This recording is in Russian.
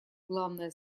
главная